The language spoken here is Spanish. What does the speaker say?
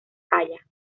talla